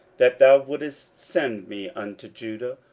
that thou wouldest send me unto judah,